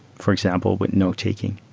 for example, with note taking.